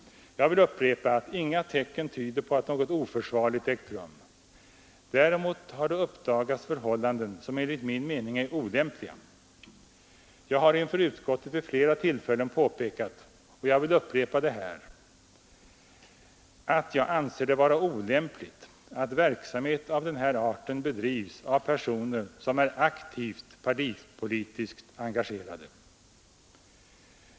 Jag vill upprepa att inga tecken tyder på att något oförsvarligt ägt rum. Däremot har det uppdagats förhållanden som enligt min mening är olämpliga. Jag har inför utskottet vid flera tillfällen påpekat — och jag vill upprepa det här — att jag anser det vara olämpligt att verksamhet av den här arten bedrivs av personer som är aktivt partipolitiskt engagerade.